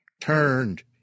Turned